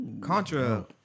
Contra